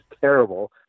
terrible